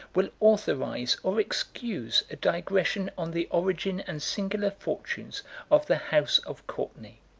will authorize or excuse a digression on the origin and singular fortunes of the house of courtenay,